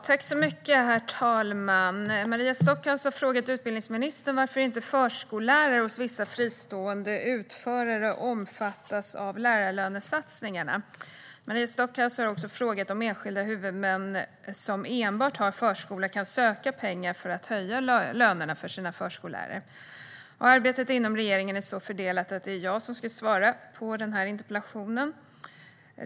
Herr talman! Maria Stockhaus har frågat utbildningsministern varför inte förskollärare hos vissa fristående utförare omfattas av lärarlönesatsningarna. Maria Stockhaus har också frågat om enskilda huvudmän som enbart har förskola kan söka pengar för att höja lönerna för sina förskollärare. Arbetet inom regeringen är så fördelat att det är jag som ska svara på interpellationen.